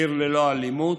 עיר ללא אלימות,